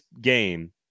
game